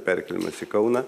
perkėlimas į kauną